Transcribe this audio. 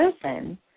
person